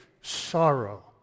sorrow